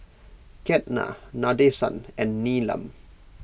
Ketna Nadesan and Neelam